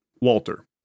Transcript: Walter